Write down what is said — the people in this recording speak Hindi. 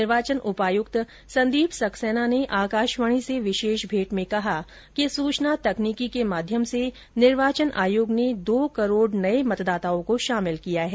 निर्वाचन उपायुक्त संदीप सक्सेना ने आकाशवाणी से विशेष भेंट में कहा कि सूचना तकनीकी के माध्यम से निर्वाचन आयोग ने दो करोड़ नये मतदाताओं को शामिल किया है